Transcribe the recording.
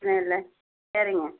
இல்லை சரிங்க